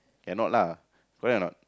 cannot lah correct or not